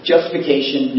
Justification